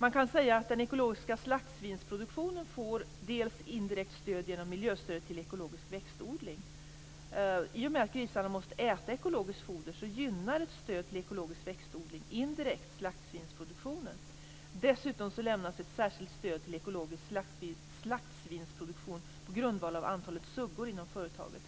Man kan säga att den ekologiska slaktsvinsproduktionen får indirekt stöd genom miljöstödet till ekologisk växtodling. I och med att grisarna måste äta ekologiskt foder gynnar ett stöd till ekologisk växtodling indirekt slaktsvinsproduktionen. Dessutom lämnas ett särskilt stöd till ekologisk slaktsvinsproduktion på grundval av antalet suggor inom företaget.